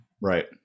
Right